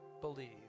believe